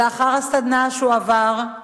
לאחר הסדנה שהוא עבר,